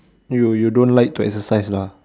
you you don't like to exercise lah